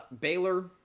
Baylor